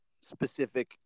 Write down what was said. specific